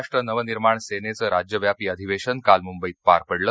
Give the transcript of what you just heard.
महाराष्ट्र नवनिर्माण सेनेचं राज्यव्यापी अधिवेशन काल मृंबईत पार पडलं